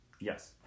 Yes